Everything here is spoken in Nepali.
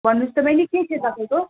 भन्नु होस् त बहिनी के थियो तपाईँको